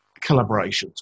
collaborations